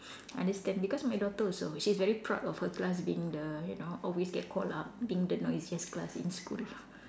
understand because my daughter also she's very proud of her class being the you know always get called up being the noisiest class in school